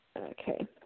Okay